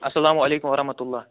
اسلام علیکم ورحمتُہ اللہ